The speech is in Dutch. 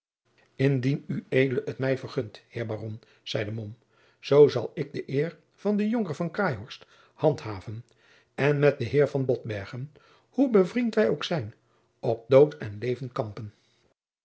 indien ued het mij vergunt heer baron zeide mom zoo zal ik de eer van den jonker van craeihorst handhaven en met den heer van botbergen hoe bevriend wij ook zijn op dood en leven kampen